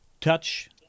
touch